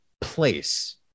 place